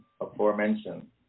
aforementioned